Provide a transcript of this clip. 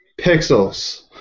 Pixels